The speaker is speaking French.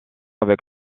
avec